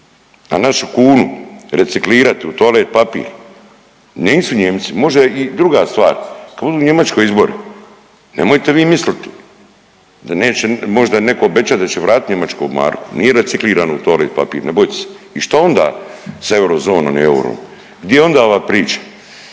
a našu kunu reciklirati u toalet papir. Nisu Nijemci, može i druga stvar, u Njemačkoj izbori nemojte vi misliti da neće možda netko obećati da će vratiti njemačku marku, nije reciklirano u toalet papir. Ne bojte se. I šta onda sa eurozonom i eurom? Gdje je onda ova priča